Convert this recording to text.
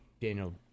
Daniel